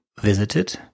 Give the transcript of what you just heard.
visited